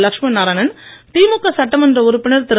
லட்சுமி நாராயணன் திமுக சட்டமன்ற உறுப்பினர் திரு